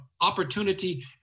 opportunity